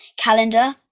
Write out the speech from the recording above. calendar